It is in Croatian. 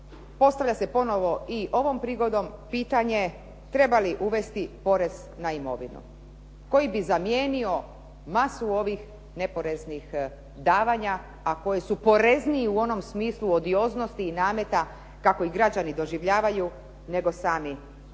postavlja se ponovo i ovom prigodom pitanje treba li uvesti porez na imovinu koji bi zamijenio masu ovih neporeznih davanja a koji su porezniji u onom smislu odioznosti i nameta kako ih građani doživljavaju nego sami izvorni